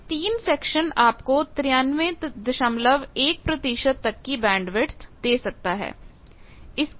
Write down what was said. तो यह तीन सेक्शन आपको 931 प्रतिशत तक की बैंडविथ दे सकता है